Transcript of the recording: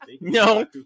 No